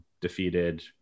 defeated